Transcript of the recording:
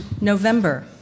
November